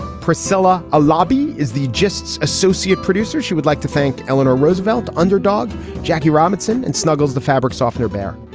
priscilla, a lobby is the justs associate producer, she would like to thank eleanor roosevelt, underdog jackie robinson and snuggles the fabric softener bear.